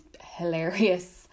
hilarious